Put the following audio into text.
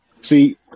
see